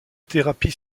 thérapie